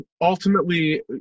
ultimately